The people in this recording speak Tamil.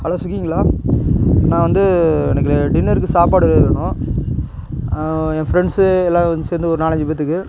ஹலோ சுகிங்களா நான் வந்து எனக்கு டின்னருக்கு சாப்பாடு வேணும் என் ஃப்ரெண்ட்ஸு எல்லாரும் வந்து சேரந்து ஒரு நாலஞ்சு பேர்த்துக்கு